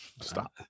Stop